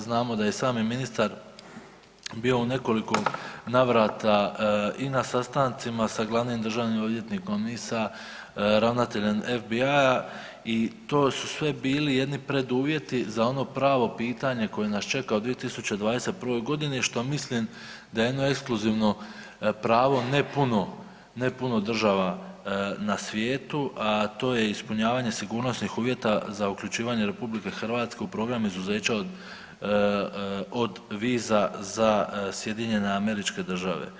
Znamo da je i sam ministar bio u nekoliko navrata i na sastancima sa glavnim državnim odvjetnikom i sa ravnateljem FBI i to su sve bili jedni preduvjeti za ono pravo pitanje koje nas čega u 2021. godini što mislim da je jedno ekskluzivno pravo ne puno država na svijetu, a to je ispunjavanje sigurnosnih uvjeta za uključivanje RH u program izuzeća od viza za SAD.